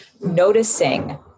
noticing